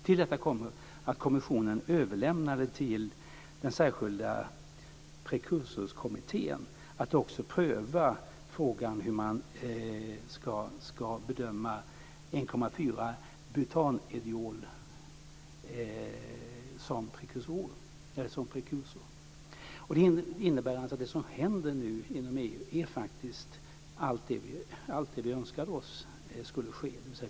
Till detta kommer att kommissionen till den särskilda prekursorskommittén överlämnade att också pröva frågan hur man ska bedöma 1,4 butanediol som prekursor. Det som nu händer inom EU är faktiskt allt det som vi önskar skulle ske.